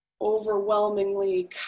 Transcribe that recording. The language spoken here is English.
overwhelmingly